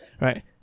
right